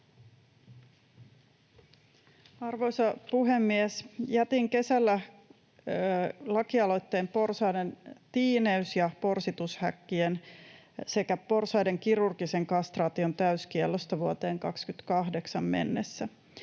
Arvoisa puhemies! Jätin kesällä lakialoitteen porsaiden tiineys- ja porsitushäkkien sekä porsaiden kirurgisen kastraation täyskiellosta vuoteen 28 mennessä.